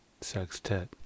sextet